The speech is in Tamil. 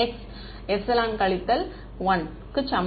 மாணவர் ஐயா x எப்சிலன் கழித்தல் 1 க்கு சமம்